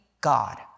God